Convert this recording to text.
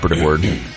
word